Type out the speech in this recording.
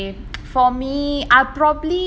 okay for me I'll probably